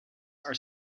are